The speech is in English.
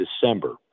December